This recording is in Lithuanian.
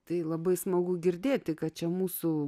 tai labai smagu girdėti kad čia mūsų